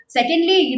Secondly